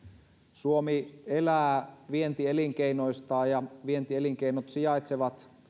suomi elää vientielinkeinoista ja vientielinkeinot sijaitsevat